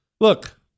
look